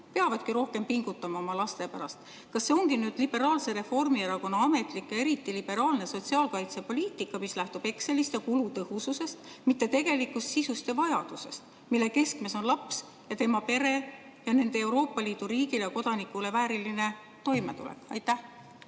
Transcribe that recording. peavadki rohkem pingutama oma laste pärast. Kas see ongi nüüd liberaalse Reformierakonna ametlik ja eriti liberaalne sotsiaalkaitsepoliitika, mis lähtub Excelist ja kulutõhususest, mitte tegelikust sisust ja vajadusest, nii et keskmes oleks laps ja tema pere ning nende Euroopa Liidu riigile ja kodanikule vääriline toimetulek? Aitäh!